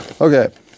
okay